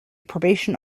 probation